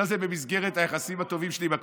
עכשיו זה במסגרת היחסים הטובים שלי עם הקואליציה.